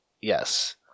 Yes